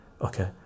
okay